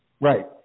Right